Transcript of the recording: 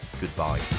goodbye